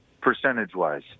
percentage-wise